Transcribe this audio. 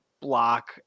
block